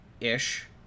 ish